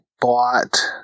bought